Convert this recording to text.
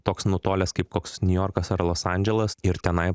toks nutolęs kaip koks niujorkas ar los andželas ir tenai